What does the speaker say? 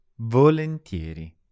Volentieri